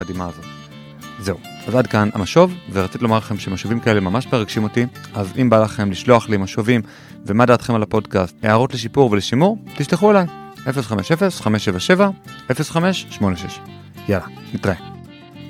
זהו, אז עד כאן המשוב, ורציתי לומר לכם שמשובים כאלה ממש ברגשים אותי, אז אם בא לכם לשלוח לי משובים, ומה דעתכם על הפודקאסט, הערות לשיפור ולשימור, תשלחו אליי, 050-577-0586. יאללה, נתראה.